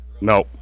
No